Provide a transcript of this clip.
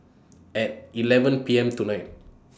At eleven P M tonight